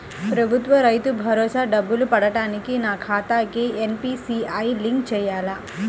ప్రభుత్వ రైతు భరోసా డబ్బులు పడటానికి నా ఖాతాకి ఎన్.పీ.సి.ఐ లింక్ చేయాలా?